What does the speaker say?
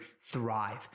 thrive